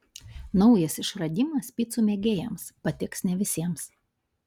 naujas išradimas picų mėgėjams patiks ne visiems